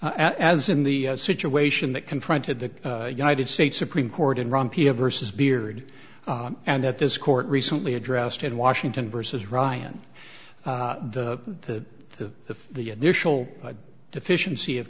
as as in the situation that confronted the united states supreme court in rumpy a versus beard and that this court recently addressed in washington versus ryan the the the the initial deficiency of